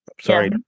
sorry